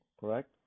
correct